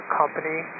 company